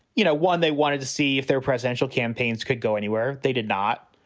you know, one, they wanted to see if their presidential campaigns could go anywhere. they did not.